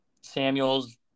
Samuels